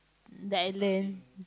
that I learn